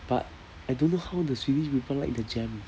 but I don't know how the swedish people like the jam